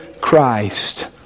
Christ